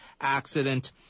accident